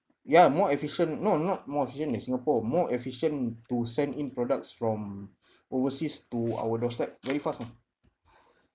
ya more efficient no not more efficient than singapore more efficient to send in products from overseas to our doorstep very fast ah